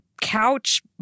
couch